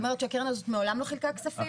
זאת אומרת שהקרן הזאת מעולם לא חילקה כספים?